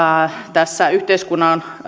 tässä yhteiskunnan